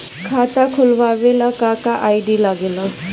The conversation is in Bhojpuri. खाता खोलवावे ला का का आई.डी लागेला?